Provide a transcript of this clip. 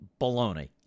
baloney